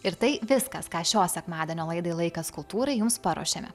ir tai viskas ką šio sekmadienio laidai laikas kultūrai jums paruošėme